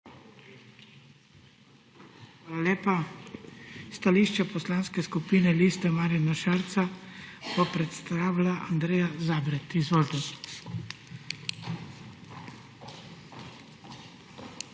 Hvala lepa. Stališče Poslanske skupine Liste Marjana Šarca bo predstavila Andreja Zabret. Izvolite. ANDRJA